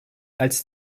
als